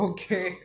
Okay